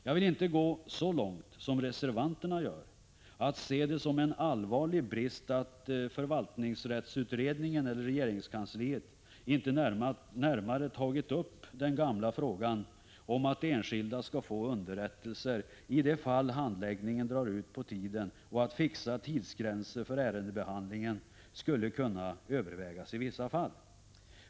Jag vill inte gå så långt som reservanterna gör — att se det som en allvarlig brist att förvaltningsrättsutredningen eller regeringskansliet inte närmare tagit upp den gamla frågan om att enskilda skall få underrättelser i de fall handläggningen drar ut på tiden och att fixa tidsgränser för ärendebehandlingen skulle kunna övervägas i vissa fall.